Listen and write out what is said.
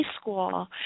school